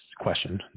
question